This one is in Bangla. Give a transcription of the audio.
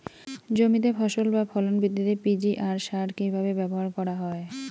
জমিতে ফসল বা ফলন বৃদ্ধিতে পি.জি.আর সার কীভাবে ব্যবহার করা হয়?